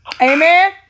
Amen